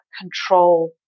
control